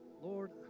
Lord